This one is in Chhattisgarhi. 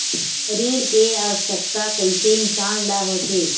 ऋण के आवश्कता कइसे इंसान ला होथे?